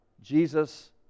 Jesus